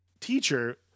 teacher